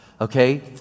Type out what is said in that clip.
okay